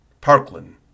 Parkland